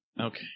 Okay